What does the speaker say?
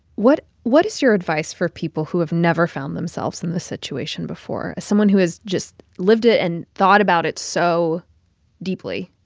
what what is your advice for people who have never found themselves in this situation before someone who has just lived it and thought about it so deeply?